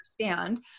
understand